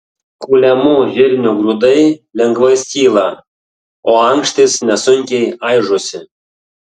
kuliamų žirnių grūdai lengvai skyla o ankštys nesunkiai aižosi